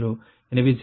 எனவே 0